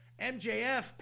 MJF